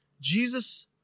Jesus